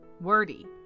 Wordy